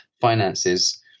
finances